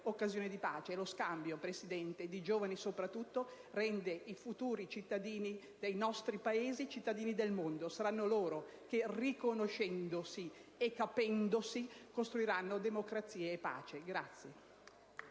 Presidente, lo scambio, soprattutto di giovani, rende i futuri cittadini dei nostri Paesi cittadini del mondo. Saranno loro che, riconoscendosi e capendosi, costruiranno democrazia e pace.